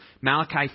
Malachi